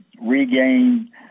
regain